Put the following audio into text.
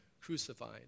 crucified